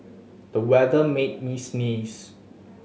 the weather made me sneeze